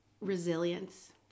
resilience